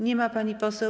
Nie ma pani poseł.